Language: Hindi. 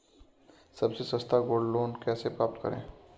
सबसे सस्ता गोल्ड लोंन कैसे प्राप्त कर सकते हैं?